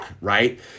right